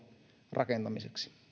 rakentamiseksi